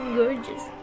gorgeous